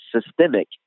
systemic